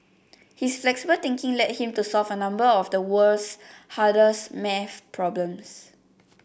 his flexible thinking led him to solve a number of the world's hardest math problems